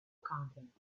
content